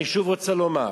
אני שוב רוצה לומר,